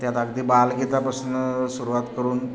त्यात अगदी बालगीतापासून सुरवात करून